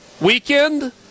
weekend